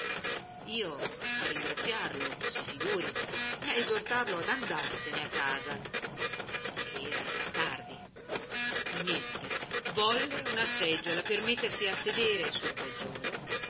io a ringraziarlo si figuri e a esortarlo ad andarsene a casa ché era già tardi niente volle una seggiola per mettersi a sedere sul poggiolo